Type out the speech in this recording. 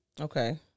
Okay